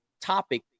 topic